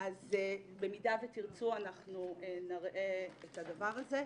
אז במידה ותרצו אנחנו נראה את הדבר הזה.